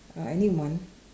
uh uh anyone